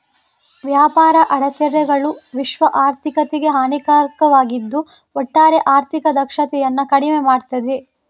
ವ್ಯಾಪಾರ ಅಡೆತಡೆಗಳು ವಿಶ್ವ ಆರ್ಥಿಕತೆಗೆ ಹಾನಿಕಾರಕವಾಗಿದ್ದು ಒಟ್ಟಾರೆ ಆರ್ಥಿಕ ದಕ್ಷತೆಯನ್ನ ಕಡಿಮೆ ಮಾಡ್ತದೆ